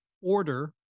order